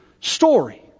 story